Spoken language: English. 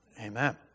Amen